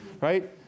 right